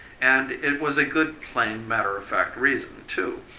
and it was a good, plain, matter-of-fact reason, too,